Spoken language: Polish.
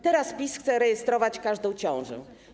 Teraz PiS chce rejestrować każdą ciążę.